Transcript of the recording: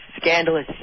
scandalous